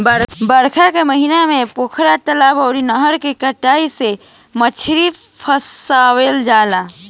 बरखा के महिना में पोखरा, तलाब अउरी नहर में कटिया से मछरी फसावल जाला